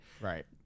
Right